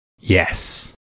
Yes